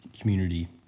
community